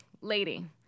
lady